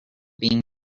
being